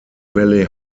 valley